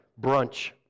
brunch